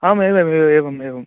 आमेवम् एवं एवं एवं एवं